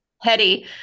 Hetty